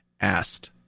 asked